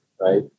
right